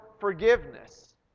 forgiveness